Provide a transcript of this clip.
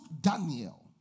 Daniel